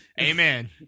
Amen